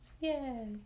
Yay